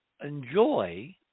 enjoy